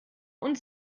und